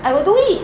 I will do it